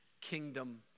kingdom